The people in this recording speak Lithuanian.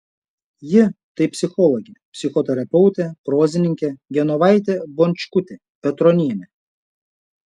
ji tai psichologė psichoterapeutė prozininkė genovaitė bončkutė petronienė